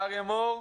אריה מור,